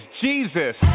Jesus